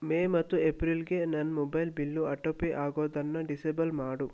ಮೇ ಮತ್ತು ಏಪ್ರಿಲ್ಗೆ ನನ್ನ ಮೊಬೈಲ್ ಬಿಲ್ಲು ಆಟೋ ಪೇ ಆಗೋದನ್ನು ಡಿಸೇಬಲ್ ಮಾಡು